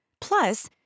Plus